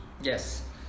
Yes